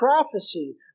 prophecy